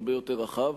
היה הרבה יותר רחב.